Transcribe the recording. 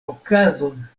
okazon